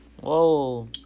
Whoa